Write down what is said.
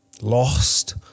Lost